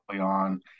on